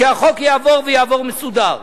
שהחוק יעבור ויעבור מסודר.